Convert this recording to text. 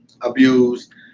abused